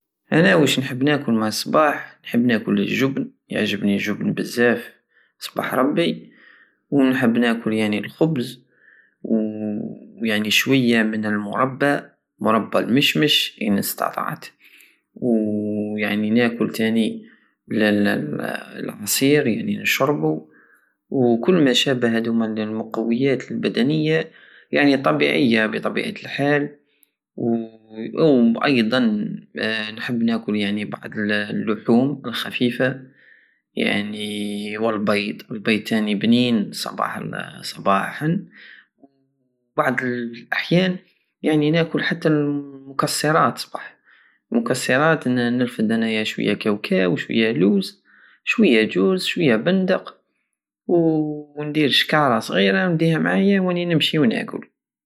انا وش نحب ناكل مع الصباح نحب ناكل الجبن يعجبني الجبن بزاف صبح ربي ونحب ناكل يعني الخبز وشوية من المربى مربى المشمس ان استطعت و يعني ناكل تاني اللعصير يعني نشربو وكل ماشابه هدوما المقويات البدنية الطبيعية بطبيعة الحل وايضا نحب ناطل يعني بعض اللحوم الخفيفة يعني والبيض البيض تاني بنين صباح ال- صباحا وبعض الاحيان يعني ناكل حتى المكسرات صبح مكيرات نرفد انايا شوية كاكاو شوية لوية لوز شوية جوز شوية بندق وندير شكارة صغيرة ونديها معايا وراني نمشي وناكل